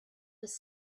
was